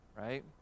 right